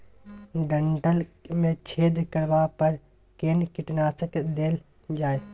डंठल मे छेद करबा पर केना कीटनासक देल जाय?